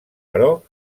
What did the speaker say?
però